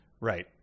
Right